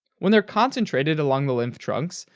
when they're concentrated along the lymph trunks,